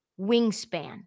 wingspan